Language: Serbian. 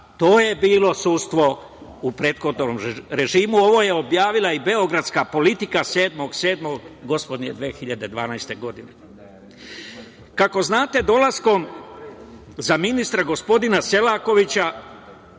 to je bilo sudstvo u prethodnom režimu, a ovo je objavila i beogradska Politika 7.07.2012. godine .Kako znate, dolaskom za ministra gospodina Selakovića,